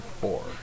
four